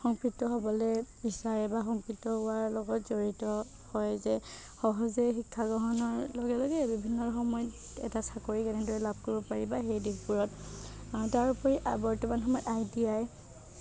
সংপৃক্ত হ'বলৈ বিচাৰে বা সংপৃক্ত হোৱাৰ লগত জড়িত হয় যে সহজে শিক্ষা গ্ৰহণৰ লগে লগে বিভিন্ন সময়ত এটা চাকৰি কেনেদৰে লাভ কৰিব পাৰি বা সেই দিশবোৰত তাৰোপৰি বৰ্তমান সময়ত আই টি আই